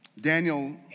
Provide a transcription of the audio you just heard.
Daniel